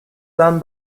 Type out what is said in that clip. done